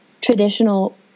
traditional